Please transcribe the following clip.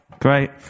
Great